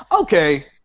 Okay